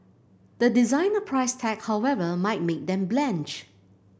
the designer price tag however might make them blanch